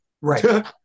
Right